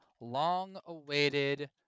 long-awaited